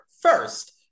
first